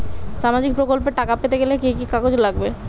সামাজিক প্রকল্পর টাকা পেতে গেলে কি কি কাগজ লাগবে?